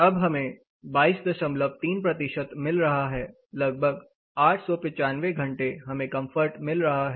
अब हमें 223 मिल रहा है लगभग 895 घंटे हमें कंफर्ट मिल रहा है